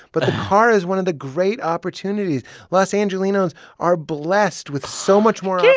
but a car is one of the great opportunities los angelenos are blessed with so much more